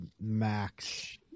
Max